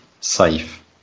safe